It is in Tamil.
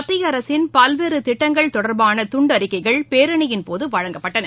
மத்திய அரசின் பல்வேறு திட்டங்கள் தொடர்பான துண்டறிக்கைகள் பேரணியின் போது வழங்கப்பட்டன